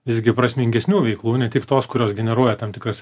visgi prasmingesnių veiklų ne tik tos kurios generuoja tam tikras